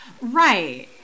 Right